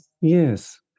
Yes